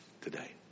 today